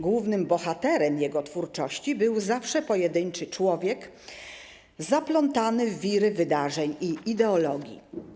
Głównym bohaterem jego twórczości był zawsze pojedynczy człowiek zaplątany w wiry wydarzeń i ideologii.